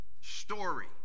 story